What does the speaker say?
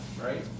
right